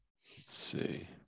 see